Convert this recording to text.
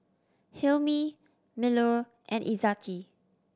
Hilmi Melur and Izzati